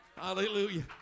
Hallelujah